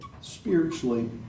Spiritually